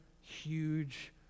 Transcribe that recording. huge